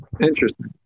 Interesting